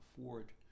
afford